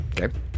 okay